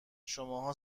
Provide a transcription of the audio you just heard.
شماها